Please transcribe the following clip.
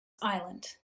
island